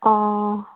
অঁ